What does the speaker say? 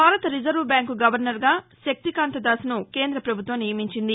భారత రిజర్వ్యాంకు గవర్నర్గా శక్తికాంతదాస్ను కేంద్ర ప్రభుత్వం నియమించింది